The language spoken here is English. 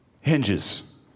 hinges